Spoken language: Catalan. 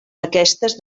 aquestes